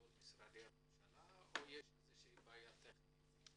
משרדי הממשלה או שיש בעיה טכנית?